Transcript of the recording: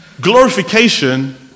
glorification